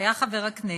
שהיה חבר הכנסת: